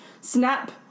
Snap